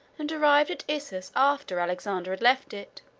and arrived at issus after alexander had left it.